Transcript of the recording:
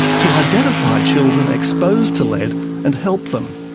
to identify children exposed to lead and help them.